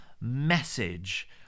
message